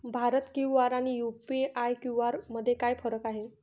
Bharat QR आणि UPI QR मध्ये काय फरक आहे?